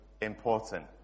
important